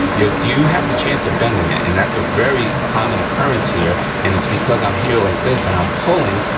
you you have the chance of bending it, and that's a very common occurrence here, and it's because i'm here like this, and i'm pulling,